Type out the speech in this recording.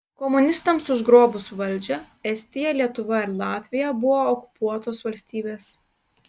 komunistams užgrobus valdžią estija lietuva ir latvija buvo okupuotos valstybės